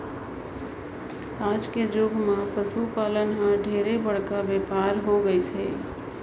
आज के जुग मे पसु पालन हर ढेरे बड़का बेपार हो होय गईस हे